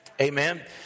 amen